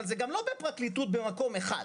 אבל זה גם לא בפרקליטות במקום אחד,